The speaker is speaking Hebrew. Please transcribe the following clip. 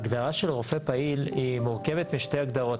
הגדרה של רופא פעיל מורכבת משתי הגדרות,